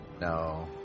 No